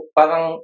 parang